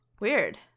weird